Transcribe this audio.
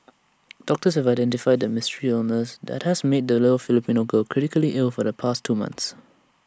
doctors have identified the mystery illness that has made A little Filipino girl critically ill for the past two months